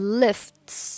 lifts